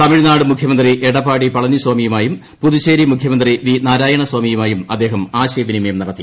തമിഴ്നാട് മുഖ്യമന്ത്രി എടപ്പാടി പളനിസ്വാമിയുമായും പുതുച്ചേരി മുഖ്യമന്ത്രി വി നാരായണസ്വാമിയുമായും അദ്ദേഹം ആശയവിനിമയം നടത്തി